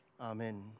Amen